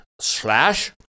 slash